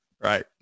right